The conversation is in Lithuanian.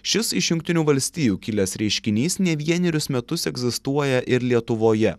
šis iš jungtinių valstijų kilęs reiškinys ne vienerius metus egzistuoja ir lietuvoje